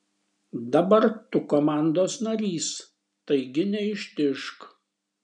dabar tu komandos narys taigi neištižk